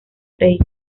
freír